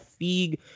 Feig